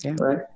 Right